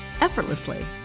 effortlessly